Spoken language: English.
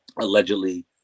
allegedly